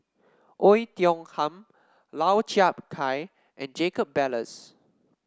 Oei Tiong Ham Lau Chiap Khai and Jacob Ballas